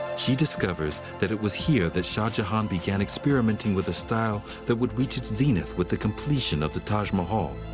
she discovers that it was here that shah jahan began experimenting with a style that would reach its zenith with the completion of the taj mahal.